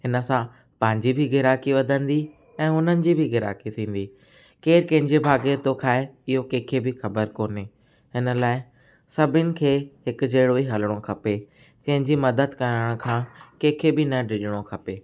हिन सां पंहिंजी बि ग्राहकी वधंदी ऐं उन्हनि जी बि ग्राहकी थींदी केरु कंहिंजे भाग्य जो थो खाए इहो कंहिंखे बि ख़बरु कोन्हे हिन लाइ सभिनि खे हिकु जहिड़ो ई हलिणो खपे कंहिंजी मदद करण खां कंहिंखे बि न डिॼणो खपे